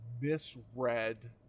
misread